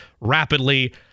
rapidly